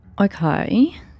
Okay